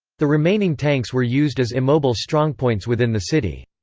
the remaining tanks were used as immobile strongpoints within the city.